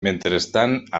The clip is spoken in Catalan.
mentrestant